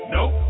Nope